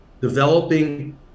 Developing